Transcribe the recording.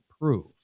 prove